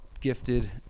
gifted